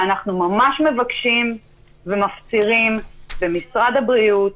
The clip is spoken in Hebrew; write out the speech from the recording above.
אנחנו ממש מבקשים ומפצירים במשרד הבריאות,